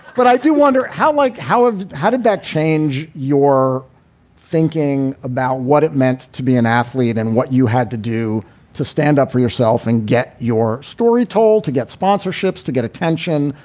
but i do wonder how like how how did that change your thinking about what it meant to be an athlete and what you had to do to stand up for yourself and get your story told, to get sponsorships, to get attention,